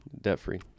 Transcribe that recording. Debt-free